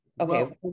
Okay